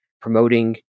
promoting